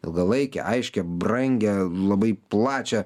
ilgalaikę aiškią brangią labai plačią